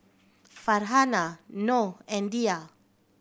Farhanah Noh and Dhia